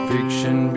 Fiction